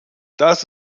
das